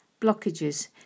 blockages